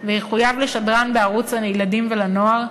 ויחויב לשדרן בערוץ הילדים ולנוער,